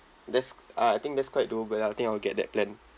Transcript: that's uh I think that's quite doable lah I think I'll get that plan